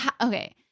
Okay